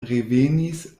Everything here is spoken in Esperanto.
revenis